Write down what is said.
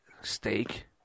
Steak